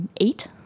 Eight